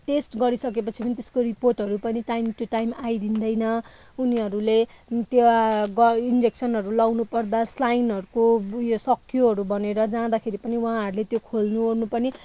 test गरिसकेपछि पनि त्यसको रिपोर्टहरू पनि टाइम टु टाइम आइदिँदैन उनीहरूले त्यो ग इन्जेक्सनहरू लगाउनु पर्दा स्लाइनहरको ऊ यो सकियोहरू भनेर जाँदाखेरि पनि उहाँहरूले त्यो खोल्नु ओर्नु पनि